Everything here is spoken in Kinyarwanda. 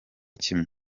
kimwe